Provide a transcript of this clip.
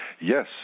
yes